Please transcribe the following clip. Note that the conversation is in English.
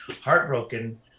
heartbroken